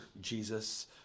Jesus